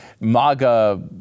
MAGA